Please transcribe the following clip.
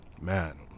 Man